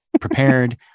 prepared